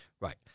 Right